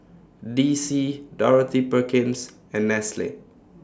D C Dorothy Perkins and Nestle